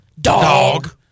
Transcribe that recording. Dog